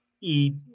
eat